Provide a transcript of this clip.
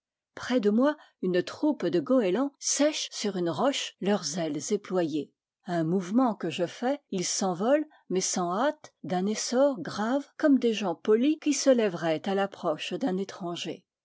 près de moi une troupe de goélands sèchent sur une roche leurs ailes éployées à un mouvement que je fais ils s'en volent mais sans hâte d'un essor grave comme des gens polis qui se lèveraient à l'approche d'un étranger